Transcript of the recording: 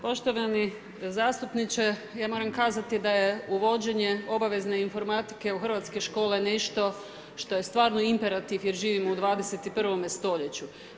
Poštovani zastupniče, ja moram kazati da je uvođenje obavezne informatike u hrvatske škole nešto što je stvarno imperativ jer živimo u 21. stoljeću.